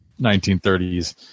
1930s